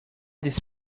this